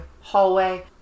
hallway